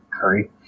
curry